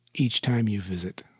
each time you visit